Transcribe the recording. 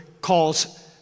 calls